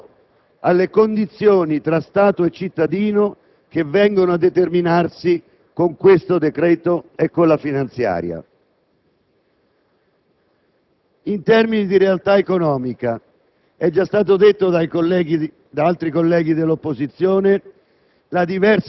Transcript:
che contiene appunto il reato di false comunicazioni sociali; false in termini di realtà economica che viene a prodursi sull'economia italiana a seguito di questo decreto e della legge finanziaria